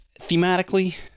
thematically